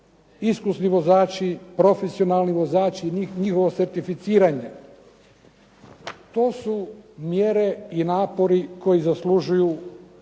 Iskusni vozači, profesionalni vozači njihovo certificiranje. To su mjere i napori koji zaslužuju, ja